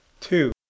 Two